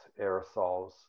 aerosols